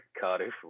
Cardiff